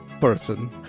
person